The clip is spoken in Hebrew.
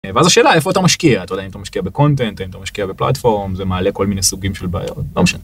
ואז השאלה איפה אתה משקיע? אתה יודע, האם אתה משקיע בקונטנט, האם אתה משקיע בפלטפורם, זה מעלה כל מיני סוגים של בעיות, לא משנה